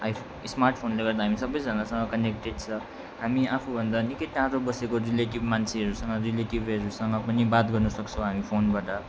स्मार्टफोनले गर्दा हामी सबैजनासँग कनेक्टेड छ हामी आफूभन्दा निकै टाढो बसेको रिलेटिभ मान्छेहरूसँग रिलेटिभहरूसँग पनि बात गर्न सक्छौँ हामी फोनबाट